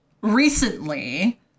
recently